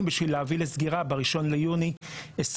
כך שנגיע למצב שנוכל להגיע לסגירה ב-1 ביוני 2022,